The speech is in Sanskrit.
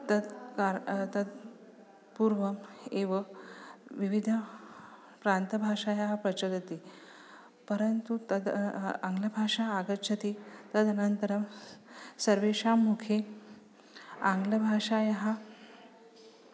तत् कार तत् पूर्वम् एव विविधप्रान्तभाषायाः प्रचलति परन्तु तद् आङ्ग्लभाषा आगच्छति तदनन्तरं सर्वेषां मुखे आङ्ग्लभाषायाः